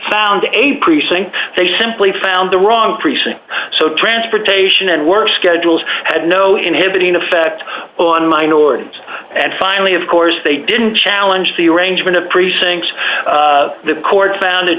found a precinct they simply found the wrong precinct so transportation and work schedules had no inhibiting effect on minorities and finally of course they didn't challenge the arrangement of precincts the court found